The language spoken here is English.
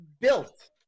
built